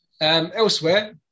Elsewhere